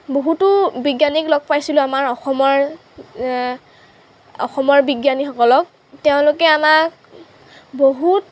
বহুতো বিজ্ঞানীক লগ পাইছিলোঁ আমাৰ অসমৰ অসমৰ বিজ্ঞানীসকলক তেওঁলোকে আমাক বহুত